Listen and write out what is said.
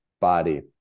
body